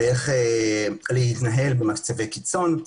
ואיך להתנהל במצבי קיצון.